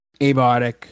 abiotic